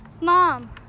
mom